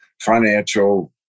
financial